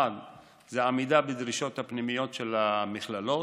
1. עמידה בדרישות הפנימיות של המכללות,